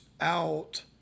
out